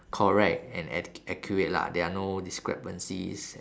correct and ac~ accurate lah there are no discrepancies